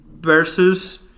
versus